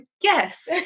yes